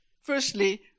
Firstly